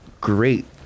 great